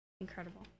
Incredible